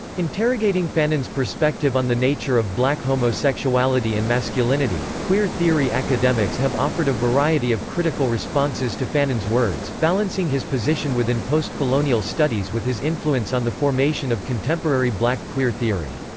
interrogating fanon's perspective on the nature of black homosexuality and masculinity, queer theory academics have offered a variety of critical responses to fanon's words, balancing his position within postcolonial studies with his influence on the formation of contemporary black queer theory.